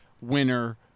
winner